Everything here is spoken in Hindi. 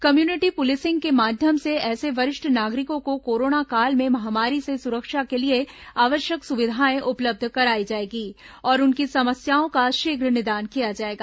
कम्युनिटी पुलिसिंग के माध्यम से ऐसे वरिष्ठ नागरिकों को कोरोना काल में महामारी से सुरक्षा के लिए आवश्यक सुविधाएं उपलब्ध कराई जाएंगी और उनकी समस्याओं का शीघ्र निदान किया जाएगा